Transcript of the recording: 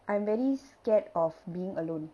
I'm very scared of being alone